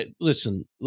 listen